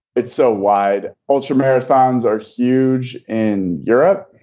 it's so wide. ultramarathons are huge in europe.